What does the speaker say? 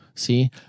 see